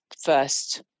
first